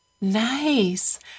Nice